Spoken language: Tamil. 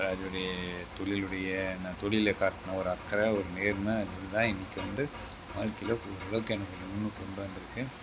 அதனுடைய தொழிலுடைய நான் தொழிலில் காட்டின ஒரு அக்கறை ஒரு நேர்மை இது தான் இன்னிக்கி வந்து வாழ்க்கையில் ஓரளவுக்கு எனக்கு முன்னுக்கு கொண்டு வந்திருக்குது